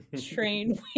Train